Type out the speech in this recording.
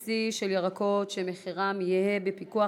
לקבוע סל בסיסי של ירקות שמחירם יהא בפיקוח,